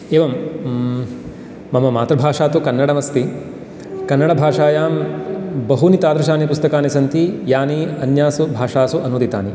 मम मातृभाषा तु कन्नडमस्ति कन्नडभाषायां बहूनि तादृशानि पुस्तकानि सन्ति यानि अन्यासु भाषासु अनूदितानि